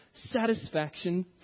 Satisfaction